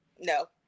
No